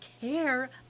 care